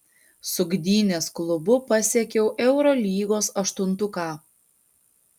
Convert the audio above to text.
su gdynės klubu pasiekiau eurolygos aštuntuką